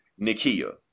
nikia